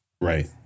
Right